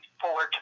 forward